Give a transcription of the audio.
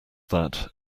that